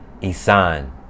Isan